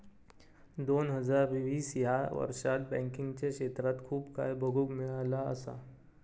दोन हजार वीस ह्या वर्षात बँकिंगच्या क्षेत्रात खूप काय बघुक मिळाला असा